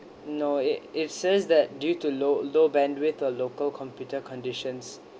no it it says that due to low low bandwidth or local computer conditions